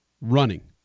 running